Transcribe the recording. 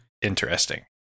Interesting